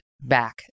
back